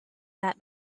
that